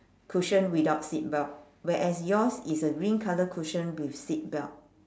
cushion without seat belt whereas yours is a green colour cushion with seat belt